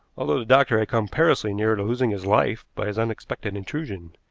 although the doctor had come perilously near to losing his life by his unexpected intrusion.